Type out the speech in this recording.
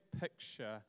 picture